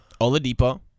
Oladipo